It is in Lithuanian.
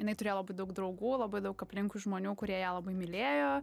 jinai turėjo labai daug draugų labai daug aplinkui žmonių kurie ją labai mylėjo